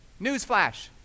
Newsflash